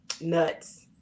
nuts